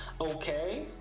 okay